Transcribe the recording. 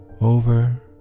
over